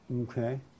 Okay